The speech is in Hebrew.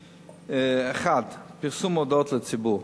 1. פרסום הודעות לציבור: